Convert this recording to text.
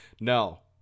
no